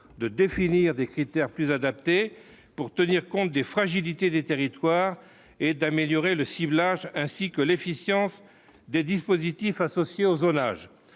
de définir des critères plus adapté pour tenir compte des fragilités des territoires et d'améliorer le ciblage, ainsi que l'efficience des dispositifs associé au zonage,